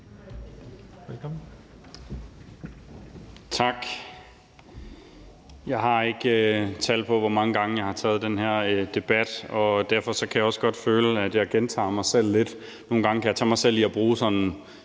Tak. Jeg har ikke tal på, hvor mange gange jeg har taget den her debat, og derfor kan jeg også godt føle, at jeg gentager mig selv lidt. Nogle gange kan jeg tage mig selv i at bruge præcis